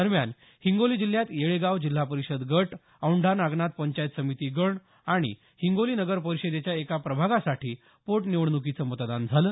दरम्यान हिंगोली जिल्ह्यात येळेगाव जिल्हा परिषद गट औंढा नागनाथ पंचायत समिती गण आणि हिंगोली नगर परिषदेच्या एका प्रभागासाठी पोटनिवडणुकीचं मतदान झालं